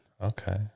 Okay